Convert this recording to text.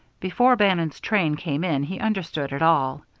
before bannon's train came in he understood it all.